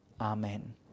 Amen